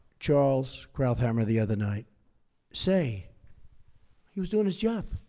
charles krauthammer the other night say he was doing his job.